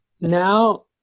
now